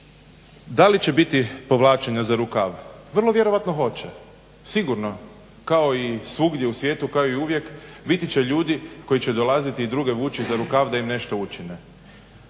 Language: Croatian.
Da li će biti povlačenja za rukav? Vrlo vjerojatno hoće sigurno, kao i svugdje u svijetu kao i uvijek biti će ljudi koji će dolaziti i druge vući za rukav da im nešto učine.